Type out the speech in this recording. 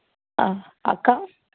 ஆ அக்கா